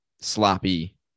sloppy